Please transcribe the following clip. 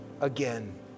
again